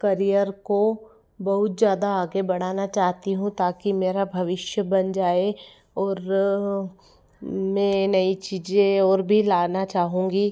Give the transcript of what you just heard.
career को बहुत ज़्यादा आगे बढ़ाना चाहती हूँ ताकि मेरा भविष्य बन जाए और मैं नई चीज़ें और भी लाना चाहूँगी